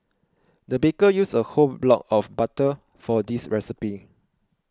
the baker used a whole block of butter for this recipe